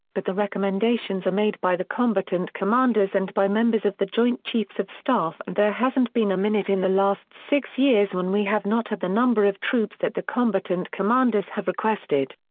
but the recommendations are made by the combatant commanders and by members of the joint chiefs of staff and there hasn't been a minute in the last six years when we have not had the number of troops that the combatant commanders have requested.